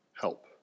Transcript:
help